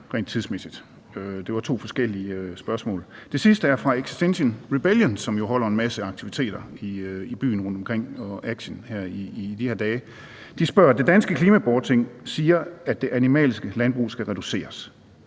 Det var to forskellige spørgsmål. Det sidste er fra Extinction Rebellion, som jo holder en masse aktiviteter i byen rundtomkring og aktion i de her dage. De spørger: Det danske Klimaborgerting siger, at det animalske landbrug skal reduceres.